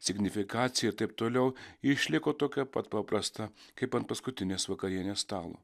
signifikacija ir taip toliau išliko tokia pat paprasta kaip ant paskutinės vakarienės stalo